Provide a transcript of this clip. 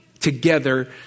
together